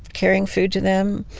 carrying food to them,